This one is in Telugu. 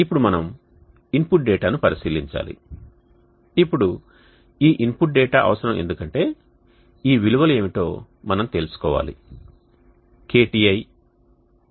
ఇప్పుడు మనం ఇన్పుట్ డేటాను పరిశీలించాలి ఇప్పుడు ఈ ఇన్పుట్ డేటా అవసరం ఎందుకంటే ఈ విలువలు ఏమిటో మనం తెలుసుకోవాలి KTi